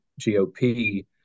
GOP